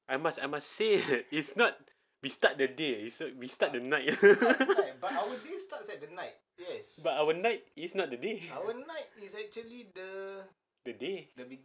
I must I must say that it's not we start the day is we start the night but our night is not the day the day